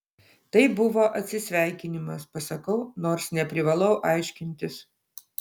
tai buvo atsisveikinimas pasakau nors neprivalau aiškintis